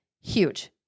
huge